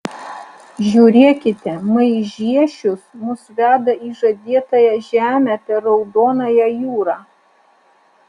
žiūrėkite maižiešius mus veda į žadėtąją žemę per raudonąją jūrą